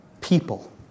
people